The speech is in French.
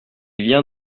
vient